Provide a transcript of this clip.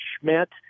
Schmidt